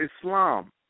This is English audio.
Islam